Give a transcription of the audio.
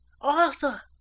arthur